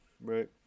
Right